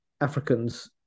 Africans